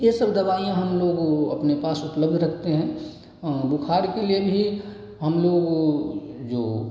ये सब दवाइयाँ हम लोग अपने पास उपलब्ध रखते हैं बुखार के लिए भी हम लोग जो